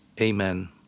Amen